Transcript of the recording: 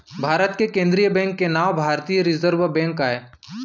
भारत के केंद्रीय बेंक के नांव भारतीय रिजर्व बेंक आय